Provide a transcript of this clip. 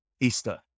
Easter